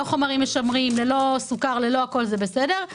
חומרים משמרים וללא תוספת סוכר זה בסדר,